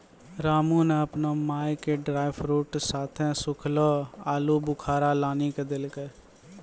रामू नॅ आपनो माय के ड्रायफ्रूट साथं सूखलो आलूबुखारा लानी क देलकै